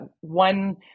one